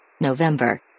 November